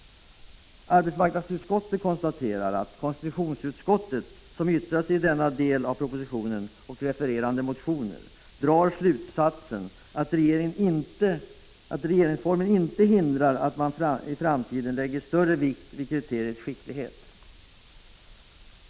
10 december 1985 Arbetsmarknadsutskottet konstaterar att konstitutionsutskottet - som —-- yttrat sig i denna del av propositionen och beträffande refererade motioner — drar slutsatsen att regeringsformen inte hindrar att man i framtiden lägger större vikt vid kriteriet skicklighet.